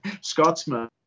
Scotsman